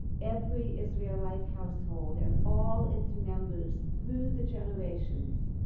every israelite household and all its members through the generations